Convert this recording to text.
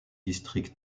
districts